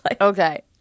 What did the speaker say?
Okay